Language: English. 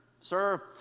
sir